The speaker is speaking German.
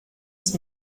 ich